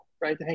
right